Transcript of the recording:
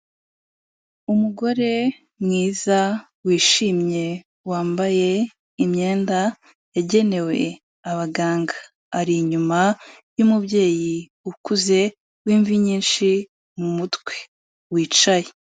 Umugore mwiza wishimye wambaye imyenda yagenewe abaganga, ari inyuma y'umubyeyi ukuze w'imvi nyinshi mu mutwe wicaye.